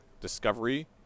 discovery